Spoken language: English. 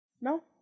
No